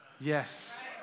Yes